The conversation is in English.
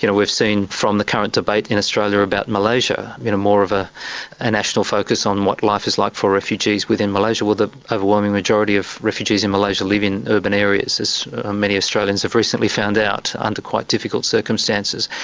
you know we've seen from the current debate in australia about malaysia you know more of ah a national focus on what life is like for refugees within malaysia, well, the overwhelming majority of refugees in malaysia live in urban areas, as many australians have recently found out, under quite difficult circumstances.